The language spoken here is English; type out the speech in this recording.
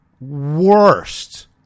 worst